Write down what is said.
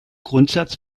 grundsatz